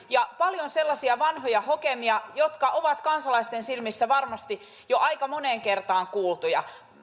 ja paljon sellaisia vanhoja hokemia jotka ovat kansalaisten silmissä varmasti jo aika moneen kertaan kuultuja